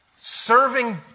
serving